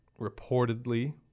Reportedly